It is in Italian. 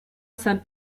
san